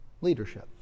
Leadership